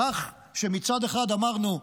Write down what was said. מצד אחד אמרנו: